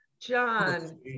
john